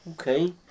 Okay